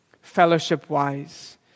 fellowship-wise